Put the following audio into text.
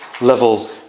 level